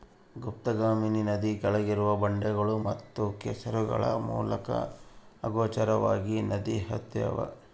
ಗುಪ್ತಗಾಮಿನಿ ನದಿ ಕೆಳಗಿರುವ ಬಂಡೆಗಳು ಮತ್ತು ಕೆಸರುಗಳ ಮೂಲಕ ಅಗೋಚರವಾಗಿ ನದಿ ಹರ್ತ್ಯಾವ